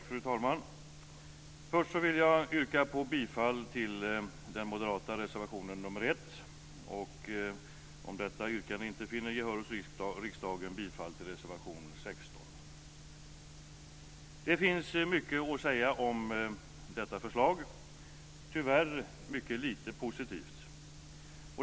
Fru talman! Först vill jag yrka bifall till den moderata reservationen nr 1 och, om detta yrkande inte finner gehör hos riksdagen, bifall till reservation 16. Det finns mycket att säga om detta förslag, tyvärr mycket lite positivt.